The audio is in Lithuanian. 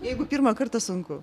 jeigu pirmą kartą sunku